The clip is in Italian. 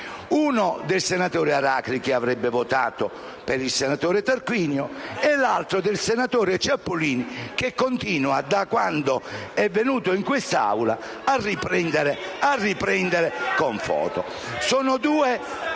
uno del senatore Aracri, che avrebbe votato per il senatore Tarquinio, e l'altro del senatore Ciampolillo, che continua, da quand'è venuto in questa Aula, a riprendere con foto. *(Commenti